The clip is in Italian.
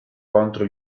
contro